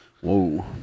Whoa